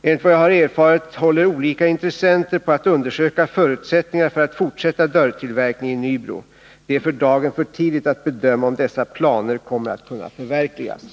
Enligt vad jag har erfarit håller olika intressenter på att undersöka förutsättningarna för att fortsätta dörrtillverkning i Nybro. Det är för dagen för tidigt att bedöma om dessa planer kommer att kunna förverkligas.